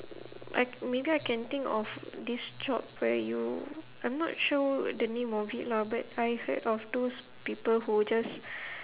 I maybe I can think of this job where you I'm not sure the name of it lah but I heard of those people who just